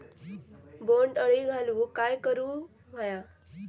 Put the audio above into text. बोंड अळी घालवूक काय करू व्हया?